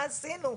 מה עשינו?